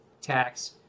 tax